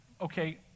okay